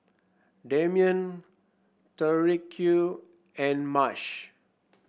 Damien Tyrique and Marsh